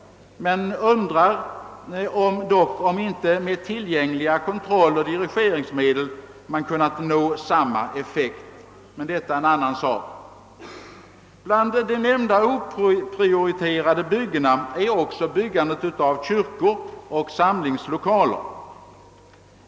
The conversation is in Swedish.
Man undrar dock, om man inte med tillgängliga kontrolloch dirigeringsmedel kunnat nå samma effekt. Men det är en annan sak. Bland de nämnda oprioriterade byggena är också byggandet av kyrkor och samlingslokaler.